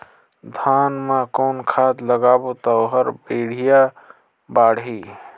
धान मा कौन खाद लगाबो ता ओहार बेडिया बाणही?